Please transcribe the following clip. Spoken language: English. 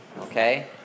Okay